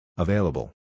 Available